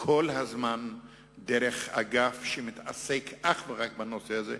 כל הזמן דרך אגף שמתעסק אך ורק בנושא הזה,